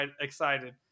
excited